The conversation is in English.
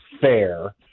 fair